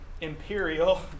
imperial